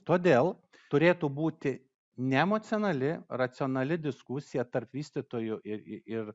todėl turėtų būti neemocionali racionali diskusija tarp vystytojų ir ir